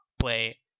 play